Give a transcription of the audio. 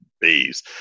bees